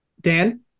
Dan